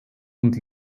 und